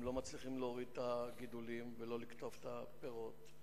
הם לא מצליחים להוריד את הגידולים ולא לקטוף את הפירות,